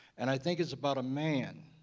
and i think it's about a man